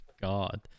God